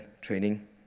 training